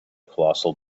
colossal